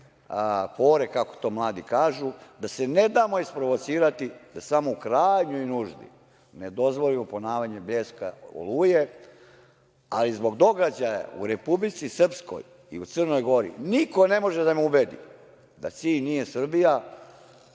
fore, kako to mladi kažu, da se ne damo provocirati, da samo u krajnjoj nuždi ne dozvolimo ponavljanje „Bljeska“ i „Oluje“, ali zbog događaja u Republici Srpskoj i u Crnoj Gori, niko ne može da me ubedi da cilj nije Srbija,